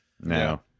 No